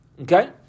Okay